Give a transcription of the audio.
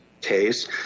case